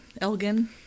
Elgin